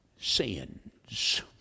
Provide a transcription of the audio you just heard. Sins